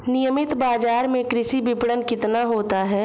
नियमित बाज़ार में कृषि विपणन कितना होता है?